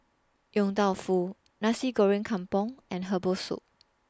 Yong Tau Foo Nasi Goreng Kampung and Herbal Soup